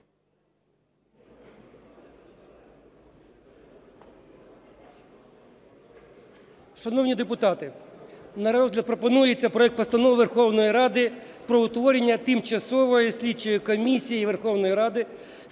Шановні депутати, на розгляд пропонується проект Постанови Верховної Ради про утворення Тимчасової слідчої комісії Верховної Ради